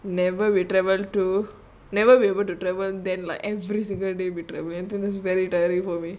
never will travel to never be able to travel than like every single day we travel that's very tiring for me